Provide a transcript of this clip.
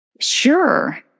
Sure